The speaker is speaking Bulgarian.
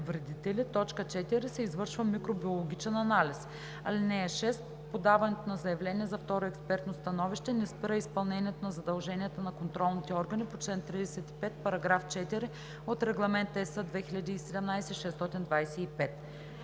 вредители; 4. се извършва микробиологичен анализ. (6) Подаването на заявление за второ експертно становище не спира изпълнението на задълженията на контролните органи по чл. 35, параграф 4 от Регламент (EС) 2017/625.“